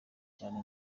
cyane